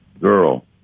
girl